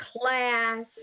class